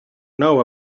know